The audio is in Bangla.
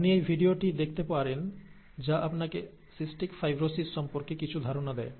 আপনি এই ভিডিওটি দেখতে পারেন যা আপনাকে সিস্টিক ফাইব্রোসিস সম্পর্কে কিছু ধারণা দেয়